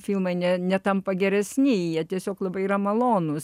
filmai ne netampa geresni jie tiesiog labai yra malonūs